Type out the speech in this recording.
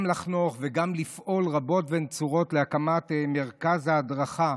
לחנוך וגם לפעול רבות ונצורות להקמת מרכז ההדרכה,